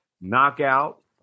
knockout